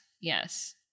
yes